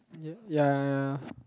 ya ya ya ya